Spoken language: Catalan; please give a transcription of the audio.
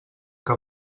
que